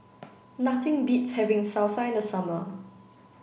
nothing beats having Salsa in the summer